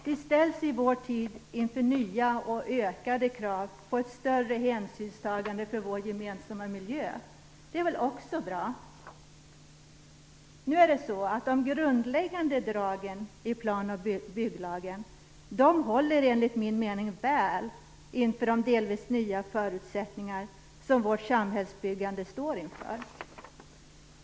Vi ställs i vår tid inför nya och ökade krav på ett större hänsynstagande för vår gemensamma miljö. Det är väl också bra. De grundläggande dragen i plan och bygglagen håller enligt min mening väl inför de delvis nya förutsättningar som vårt samhällsbyggande står inför.